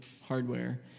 hardware